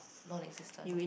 none existent